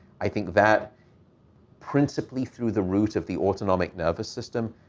i think that principally, through the root of the autonomic nervous system,